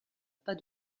pas